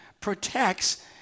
protects